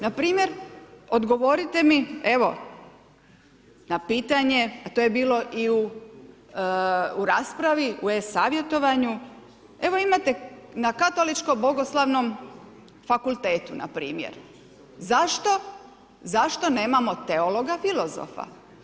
Npr. odgovorite mi evo, na pitanje, a to je bilo u raspravi, u e-savjetovanju, evo imate na katoličko-bogoslovnom fakultetu npr. Zašto nemamo teologa filozofa?